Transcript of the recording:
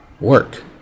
work